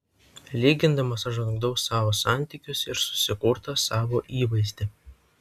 lygindamas aš žlugdau savo santykius ir susikurtą savo įvaizdį